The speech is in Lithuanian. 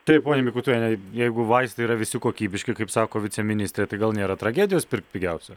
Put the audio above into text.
taip ponia mikutiene jeigu vaistai yra visi kokybiški kaip sako viceministrė tai gal nėra tragedijos pirkt pigiausią